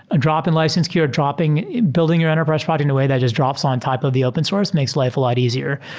drop in license key, or dropping building your enterprise props in a way that jus t drops on type of the open source makes life a lot easier.